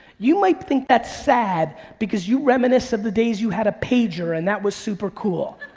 you might think that's sad because you reminisce of the days you had a pager and that was super cool.